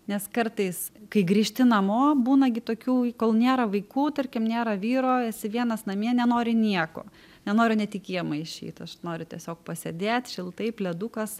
nes kartais kai grįžti namo būna gi tokių kol nėra vaikų tarkim nėra vyro esi vienas namie nenori nieko nenoriu nenoriu net į kiemą išeit noriu tiesiog pasėdėt šiltai pledukas